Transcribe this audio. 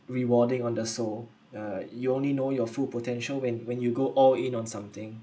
rewarding on the soul uh you only know your full potential when when you go all in on something